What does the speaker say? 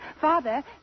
Father